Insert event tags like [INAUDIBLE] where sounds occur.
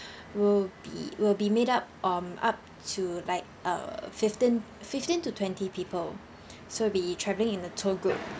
[BREATH] will be will be made up um up to like uh fifteen fifteen to twenty people [BREATH] so we travelling in a tour group